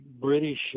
British